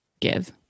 give